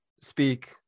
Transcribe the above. speak